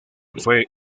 fue